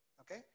okay